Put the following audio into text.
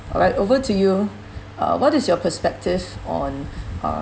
alright over to you uh what is your perspective on um